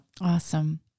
Awesome